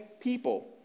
people